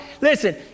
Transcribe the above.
Listen